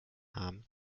haben